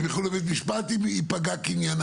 הם ילכו לבית משפט אם פגע קניינם.